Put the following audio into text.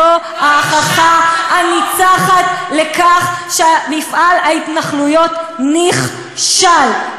זו ההוכחה הניצחת לכך שמפעל ההתנחלויות נכשל.